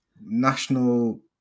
national